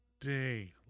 day